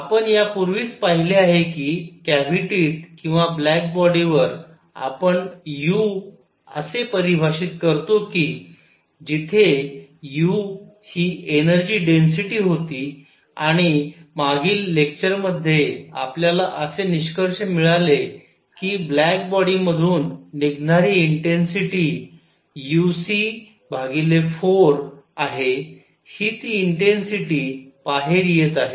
आपण यापूर्वीच पाहिले आहे की कॅव्हिटीत किंवा ब्लॅक बॉडीवर आपण u असे परिभाषित करतो कि जिथे u हि एनर्जी डेन्सिटी होती आणि मागील लेक्चर मध्ये आपल्याला असे निष्कर्ष मिळाले की ब्लॅक बॉडीमधून निघणारी इंटेन्सिटी uc 4 आहे ही ती इंटेन्सिटी बाहेर येत आहे